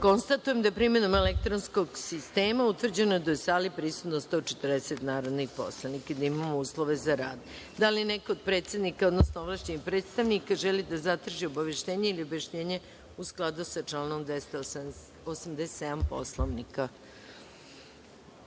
jedinice. Konstatujem da je, primenom elektronskog sistema za glasanje, utvrđeno da je u sali prisutno 140 narodnih poslanika i da imamo uslove za nastavak rada. Da li neko od predsednika, odnosno ovlašćenih predstavnika želi da zatraži obaveštenje i objašnjenje u skladu sa članom 287. Poslovnika? Reč